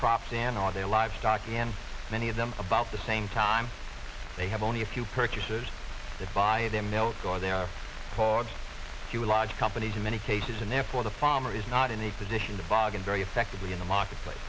crops and all their livestock and many of them about the same time they have only a few purchasers that buy them milk or there are far fewer large companies in many cases and therefore the farmer is not in a position to bogen very effectively in the market